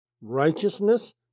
righteousness